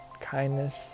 kindness